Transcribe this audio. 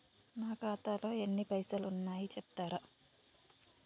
నా ఖాతాలో ఎన్ని పైసలు ఉన్నాయి చెప్తరా?